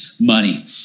money